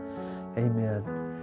amen